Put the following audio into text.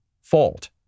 fault